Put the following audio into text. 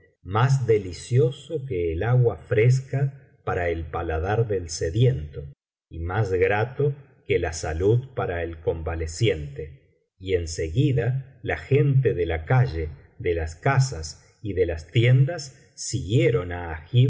más delicioso que el agua fresca para el paladar del sediento y más grato que la salud para el convaleciente y en seguida la gente de la calle de las casas y de las tiendas siguieron á